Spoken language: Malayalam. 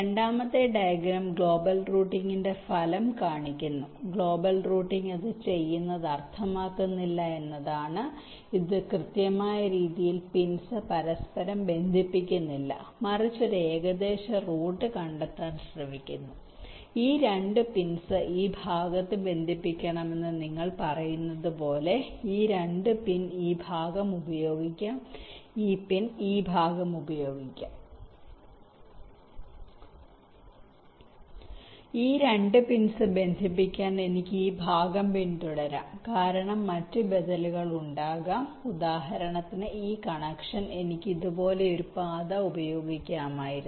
രണ്ടാമത്തെ ഡയഗ്രം ഗ്ലോബൽ റൂട്ടിംഗിന്റെ ഫലം കാണിക്കുന്നു ഗ്ലോബൽ റൂട്ടിംഗ് അത് ചെയ്യുന്നത് അർത്ഥമാക്കുന്നില്ല എന്നതാണ് ഇത് കൃത്യമായ രീതിയിൽ പിൻസ് പരസ്പരം ബന്ധിപ്പിക്കുന്നില്ല മറിച്ച് ഒരു ഏകദേശ റൂട്ട് കണ്ടെത്താൻ ശ്രമിക്കുന്നു ഈ 2 പിൻസ് ഈ ഭാഗത്ത് ബന്ധിപ്പിക്കണമെന്ന് നിങ്ങൾ പറയുന്നത് പോലെ ഈ 2 പിൻ ഈ ഭാഗം ഉപയോഗിക്കാം ഈ പിൻ ഈ ഭാഗം ഉപയോഗിക്കാം ഈ 2 പിൻസ് ബന്ധിപ്പിക്കാൻ എനിക്ക് ഈ ഭാഗം പിന്തുടരാം കാരണം മറ്റ് ബദലുകൾ ഉണ്ടാകാം ഉദാഹരണത്തിന് ഈ കണക്ഷൻ എനിക്ക് ഇതുപോലൊരു പാത ഉപയോഗിക്കാമായിരുന്നു